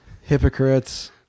hypocrites